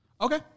Okay